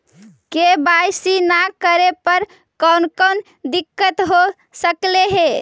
KYC न करे पर कौन कौन दिक्कत हो सकले हे?